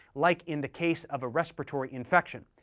like in the case of a respiratory infection.